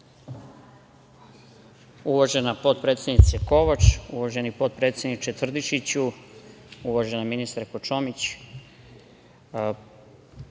Uvažena potpredsednice Kovač, uvaženi potpredsedniče Tvrdišiću, uvažena ministarko Čomić,